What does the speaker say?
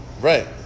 right